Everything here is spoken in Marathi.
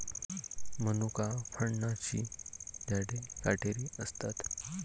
मनुका फळांची झाडे काटेरी असतात